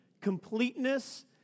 completeness